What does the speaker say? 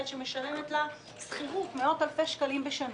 שמשלמת שכירות מאות אלפי שקלים בשנה,